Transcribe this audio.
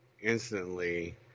instantly